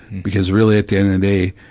because really at the end of the day,